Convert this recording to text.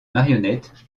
marionnettes